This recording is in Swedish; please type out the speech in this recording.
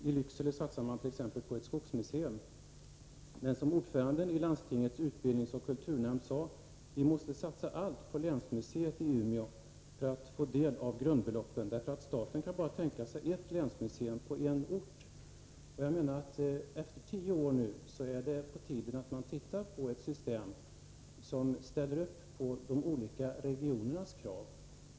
I Lycksele satsar man t.ex. på ett skogsmuseum. Men, sade ordföranden i landstingets utbildningsoch kulturnämnd, vi måste satsa allt på länsmuseet i Umeå för att få del av grundbeloppen, därför att staten kan bara tänka sig ett länsmuseum, på en ort. Efter tio år är det nu på tiden att man utformar ett system som tillgodoser de olika regionernas krav.